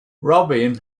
robin